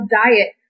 diet